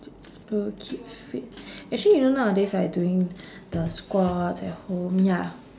just to keep fit actually you know nowadays I doing the squats at home ya